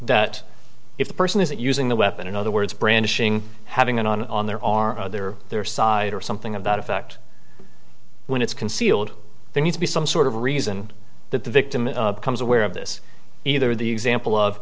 that if the person isn't using the weapon in other words brandishing having an on on there are other their side or something of that effect when it's concealed they need to be some sort of reason that the victim becomes aware of this either the example of